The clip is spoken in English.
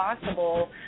possible